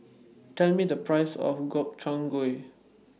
Tell Me The Price of Gobchang Gui